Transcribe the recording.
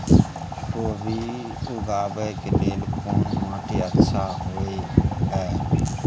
कोबी उगाबै के लेल कोन माटी अच्छा होय है?